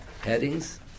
headings